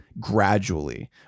Gradually